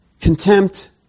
Contempt